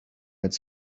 its